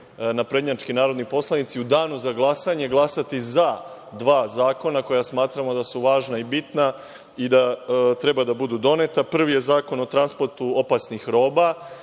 naprednjački narodni poslanici, u danu za glasanje glasati za dva zakona koja smatramo da su važna i bitna, i da treba da budu doneta. Prvi je zakon o transportu opasnih roba,